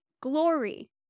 glory